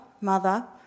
mother